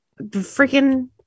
freaking